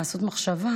לחשוב,